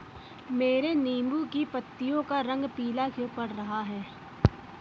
मेरे नींबू की पत्तियों का रंग पीला क्यो पड़ रहा है?